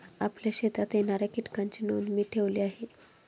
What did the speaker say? आपल्या शेतात येणाऱ्या कीटकांची नोंद मी ठेवली आहे